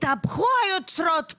התהפכו היוצרות פה,